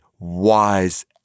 Wise